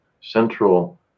central